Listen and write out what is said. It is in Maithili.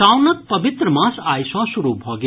सावनक पवित्र मास आइ सँ शुरू भऽ गेल